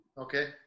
Okay